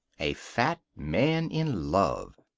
a fat man in love.